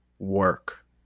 Work